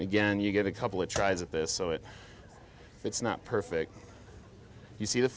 again you get a couple of tries at this so it it's not perfect you see the